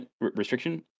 restriction